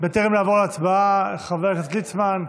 בטרם נעבור להצבעה, חבר הכנסת ליצמן,